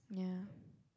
yeah